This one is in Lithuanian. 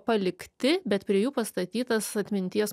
palikti bet prie jų pastatytas atminties